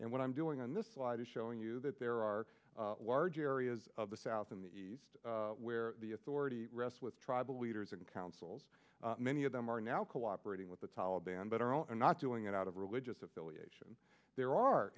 and what i'm doing on this slide is showing you that there are large areas of the south in the east where the authority rests with tribal leaders and councils many of them are now cooperating with the taliban but our own are not doing it out of religious affiliation there are